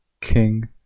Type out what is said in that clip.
king